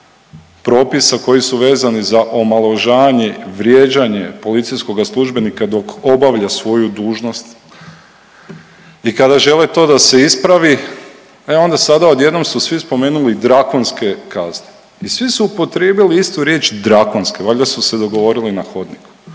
propisa koji su vezani za omalovažavanje i vrijeđanje policijskoga službenika dok obavlja svoju dužnost i kada žele to da se ispravi e onda sada odjednom su svi spomenuli drakonske kazne. I svi su upotrijebili istu riječ drakonske, valjda su se dogovorili na hodniku,